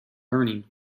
learning